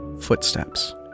footsteps